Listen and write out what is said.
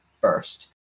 first